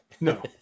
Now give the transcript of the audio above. No